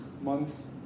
months